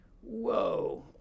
whoa